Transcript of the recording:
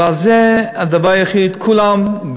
וזה הדבר היחיד שכולם,